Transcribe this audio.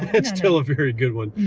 it's still a very good one. no,